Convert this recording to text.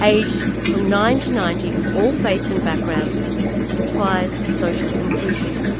aged from nine to ninety of all faiths and backgrounds in choirs of social inclusion.